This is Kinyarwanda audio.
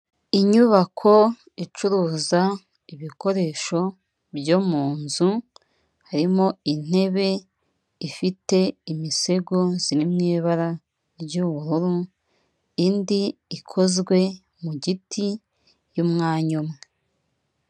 Inyubako icuruza ibikoresho byo mu nzu, harimo intebe ifite imisego, ziri mu ibara ry'ubururu, indi ikozwe mu giti y'umwanya umwe.